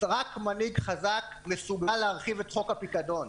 רק מנהיג חזק מסוגל להרחיב את חוק הפיקדון.